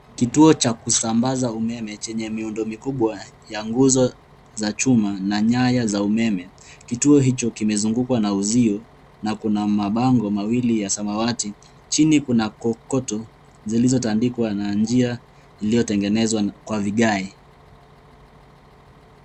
Kituo cha kusambaza umeme chenye miundo mikubwa ya nguzo za chuma na nyaya za umeme ,kituo hicho kimezungukwa na uzio na kuna mabango mawili ya samawati, chini kuna kokoto zilizotandikwa na njia iliyotengenezwa kwa vigae.